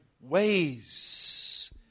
ways